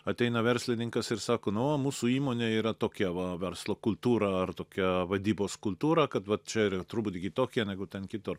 ateina verslininkas ir sako nu va mūsų įmonė yra tokia va verslo kultūra ar tokia vadybos kultūra kad va čia yra truputį kitokia negu kitur